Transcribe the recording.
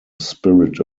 spirit